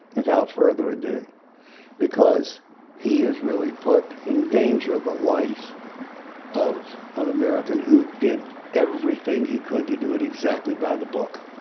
without further ado because he has really put in danger the life of an american who did everything he could to do it exactly by the book.